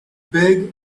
big